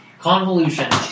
convolution